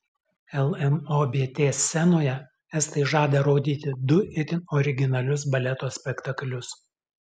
lnobt scenoje estai žada rodyti du itin originalius baleto spektaklius